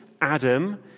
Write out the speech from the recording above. Adam